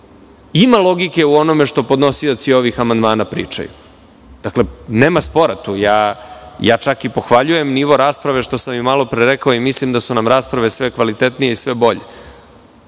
Ima logike u onome što podnosioci ovih amandmana pričaju, tu nema spora. Ja čak i pohvaljujem nivo rasprave, što sam malopre rekao i mislim da su nam rasprave sve kvalitetnije i sve bolje.